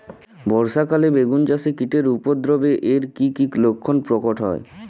বর্ষা কালে বেগুন গাছে কীটের উপদ্রবে এর কী কী লক্ষণ প্রকট হয়?